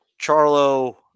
Charlo